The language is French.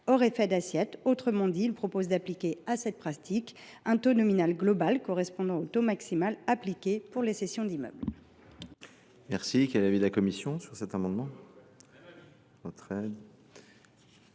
hors état d’assiette. Autrement dit, cet amendement vise à appliquer à cette pratique un taux nominal global correspondant au taux maximal appliqué pour les cessions d’immeuble.